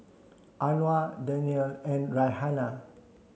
Anuar Daniel and Raihana